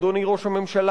אדוני ראש הממשלה,